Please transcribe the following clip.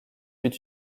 fut